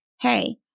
Hey